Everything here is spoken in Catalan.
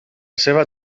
seva